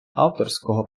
авторського